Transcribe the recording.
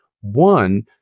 One